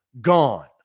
gone